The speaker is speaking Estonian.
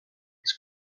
kes